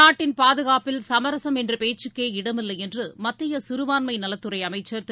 நாட்டின் பாதுகாப்பில் சமரசம் என்ற பேச்சுக்கே இடமில்லை என்று மத்திய சிறுபான்மை நலத்துறை அமைச்சர் திரு